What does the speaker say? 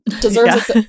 deserves